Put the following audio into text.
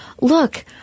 look